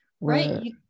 Right